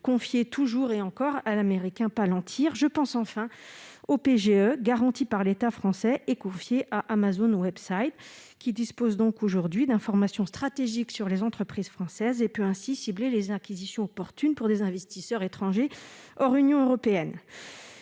confiées toujours et encore à l'américain Palantir. Je pense enfin aux prêts garantis par l'État (PGE), confiés à Amazon Website, qui dispose donc aujourd'hui d'informations stratégiques sur les entreprises françaises et peut ainsi cibler les acquisitions opportunes pour des investisseurs étrangers hors Union européenne.